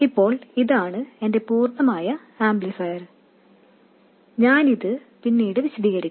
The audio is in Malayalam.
ഇപ്പോൾ ഇതാണ് എന്റെ പൂർണ്ണമായ ആംപ്ലിഫയർ ഞാൻ ഇത് പിന്നീട് വിശദീകരിക്കാം